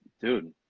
dude